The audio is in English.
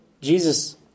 Jesus